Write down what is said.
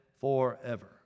forever